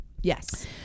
Yes